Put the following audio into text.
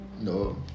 No